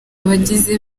abagize